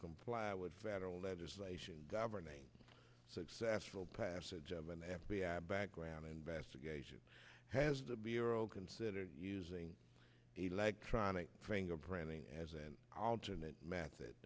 comply with federal legislation governing successful passage of an f b i background investigation has the bureau considered using electronic fingerprinting as an alternate method